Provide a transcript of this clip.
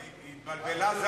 היא התבלבלה.